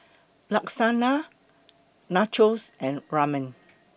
Lasagna Nachos and Ramen